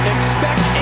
Expect